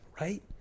right